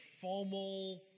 formal